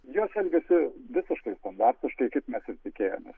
jos elgiasi visiškai standartiškai kaip mes ir tikėjomės